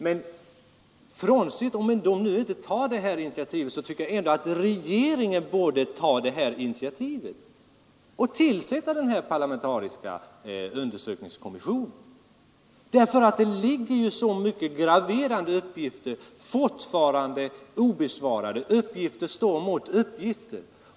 Men om de nu inte tar initiativet, tycker jag ändå att regeringen borde göra det och tillsätta den här parlamentariska undersökningskommissionen. Det ligger ju fortfarande så många graverande uppgifter oemotsagda — uppgifter står mot uppgifter.